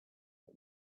but